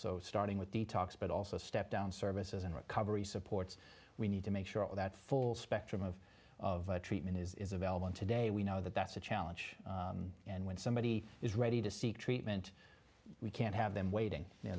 so starting with the talks but also step down services and recovery supports we need to make sure that full spectrum of of treatment is available today we know that that's a challenge and when somebody is ready to seek treatment we can't have them waiting